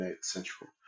Central